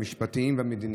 המשפטיים והמדיניים,